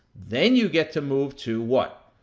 then, you get to move to what?